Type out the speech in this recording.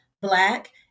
black